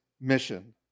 mission